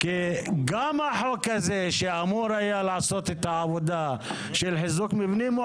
כי גם החוק הזה שאמור היה לעשות את העבודה של חיזוק מבנים,